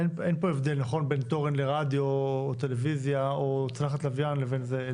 אין הבדל בין תורן לרדיו או טלוויזיה או צלחת לוויין לבין זה,